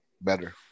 better